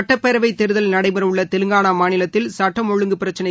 சுட்டப்பேரவைத் தேர்தல் நடைபெறவுள்ள தெலங்கானா மாநிலத்தில் சட்டம் ஒழுங்கு பிரச்சினை